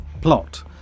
plot